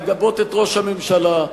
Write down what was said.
לגבות את ראש הממשלה,